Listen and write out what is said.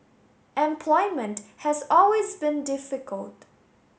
employment has always been difficult